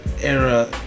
era